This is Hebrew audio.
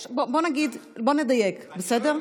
יש, בוא נגיד, בוא נדייק, בסדר?